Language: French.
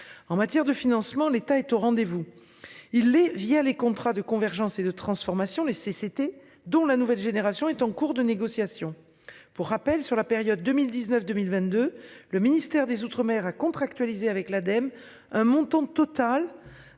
en matière de financement. L'État est au rendez-vous il est via les contrats de convergence et de transformation les CCT dont la nouvelle génération est en cours de négociation pour rappel sur la période 2019 2022, le ministère des Outre-mer à contractualiser avec l'Adem. Un montant total